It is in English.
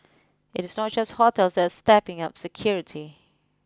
it is not just hotels that stepping up security